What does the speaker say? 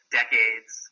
decades